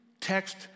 text